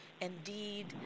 Indeed